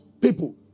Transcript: people